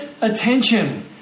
attention